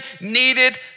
needed